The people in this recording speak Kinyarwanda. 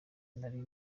nari